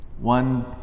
One